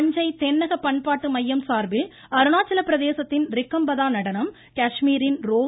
தஞ்சை தென்னக பன்பாட்டு மையம் சார்பில் அருணாச்சலப்பிரதேசத்தின் ரிக்கம் பதா நடனம் காஷ்மீரின் ரோவு